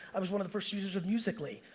i was one of the first users of musical ly.